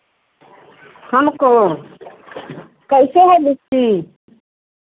हमको कैसे है लीची